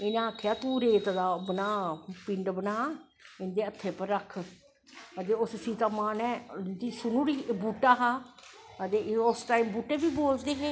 इनैं आक्खेआ तूं रेत दा बना पिंड बना इंदे हत्थै पर रक्ख ते उस सीता मां नै इक बूह्टा हा ते उस टाईम बहूटे बी बोलदे हे